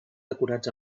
decorats